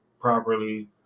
properly